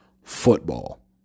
football